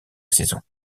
saison